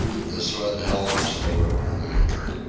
the sled held as though it were an anchor.